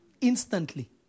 Instantly